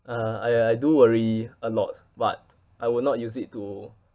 uh I I do worry a lot but I will not use it to